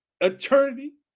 eternity